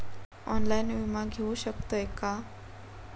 Online विमा घेऊ शकतय का?